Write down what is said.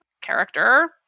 character